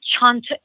chant